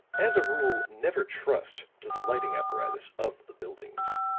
as a rule never trust to the lighting apparatus of the buildings.